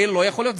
זה לא יכול להיות.